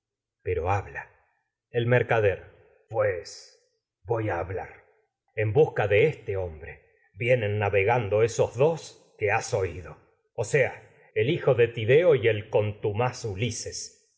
pero el mercader voy a hablar esos en que busca de este hombre vienen navegando y dos has oído o sea el hijo de tideo se el o contumaz ulises